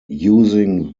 using